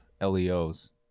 LEOs